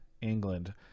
England